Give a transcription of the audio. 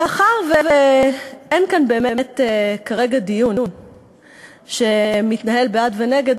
מאחר שאין כאן באמת כרגע דיון שמתנהל בעד ונגד,